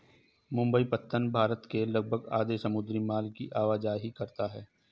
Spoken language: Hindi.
मुंबई पत्तन भारत के लगभग आधे समुद्री माल की आवाजाही करता है